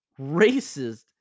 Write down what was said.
racist